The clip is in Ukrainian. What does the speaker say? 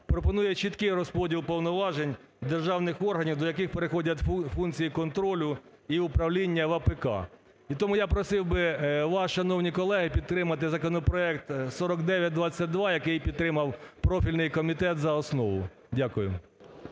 пропонує чіткий розподіл повноважень державних органів, до яких переходять функції контролю і управління в АПК. І тому я просив би ваш, шановні колеги, підтримати законопроект 4922, який підтримав профільний комітет за основу. Дякую.